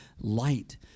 light